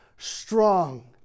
strong